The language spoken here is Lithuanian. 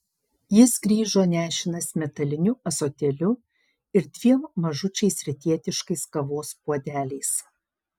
jis grįžo nešinas metaliniu ąsotėliu ir dviem mažučiais rytietiškais kavos puodeliais